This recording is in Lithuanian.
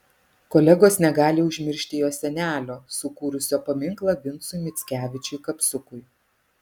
kolegos negali užmiršti jo senelio sukūrusio paminklą vincui mickevičiui kapsukui